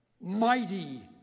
mighty